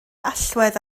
allwedd